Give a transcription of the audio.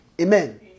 Amen